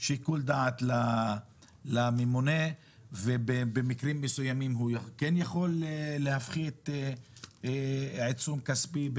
שיקול דעת לממונה ובמקרים מסוימים הוא כן יכול להפחית עיצום כספי,